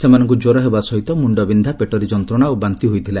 ସେମାନଙ୍କୁ ଜ୍ୱର ହେବା ସହିତ ମୁଣ୍ଡବିକ୍ଷା ପେଟରେ ଯନ୍ତଶା ଓ ବାନ୍ତି ହୋଇଥିଲା